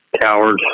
Cowards